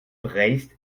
breizh